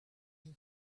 and